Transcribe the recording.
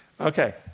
Okay